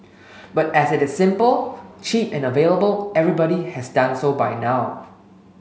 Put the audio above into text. but as it is simple cheap and available everybody has done so by now